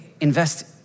Invest